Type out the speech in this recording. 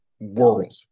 world